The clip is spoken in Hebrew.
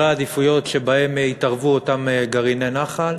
עדיפויות שבהם יתערבו אותם גרעיני נח"ל,